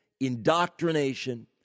indoctrination